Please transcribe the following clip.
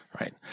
Right